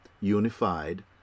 unified